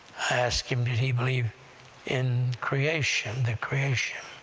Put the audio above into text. asked him did he believe in creation, the creation?